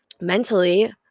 Mentally